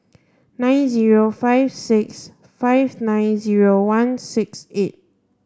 nine zero five six five nine zero one six eight